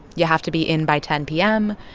you have to be in by ten p m.